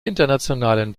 internationalen